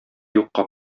юкка